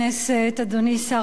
אדוני שר הביטחון,